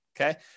okay